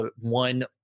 one